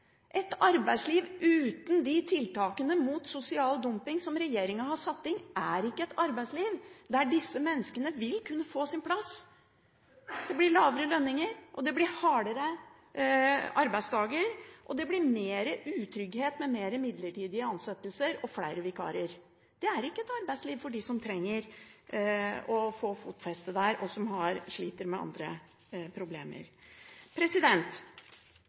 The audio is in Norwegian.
Et arbeidsliv uten de tiltakene mot sosial dumping som regjeringen har satt inn, er ikke et arbeidsliv der disse menneskene vil kunne få sin plass. Det blir lavere lønninger, det blir hardere arbeidsdager, og det blir mer utrygghet med flere midlertidige ansettelser og flere vikarer. Det er ikke et arbeidsliv for dem som trenger å få fotfeste der, og som sliter med andre problemer.